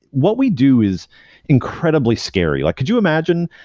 what we do is incredibly scary. like could you imagine?